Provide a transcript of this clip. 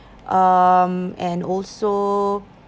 um and also